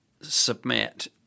submit